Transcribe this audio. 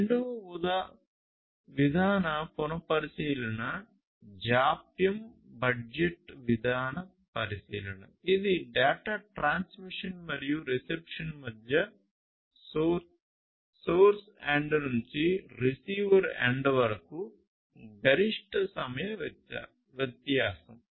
రెండవ విధాన పరిశీలన జాప్యం బడ్జెట్ విధాన పరిశీలన ఇది డేటా ట్రాన్స్మిషన్ మరియు రిసెప్షన్ మధ్య సోర్స్ ఎండ్ నుండి రిసీవర్ ఎండ్ వరకు గరిష్ట సమయ వ్యత్యాసం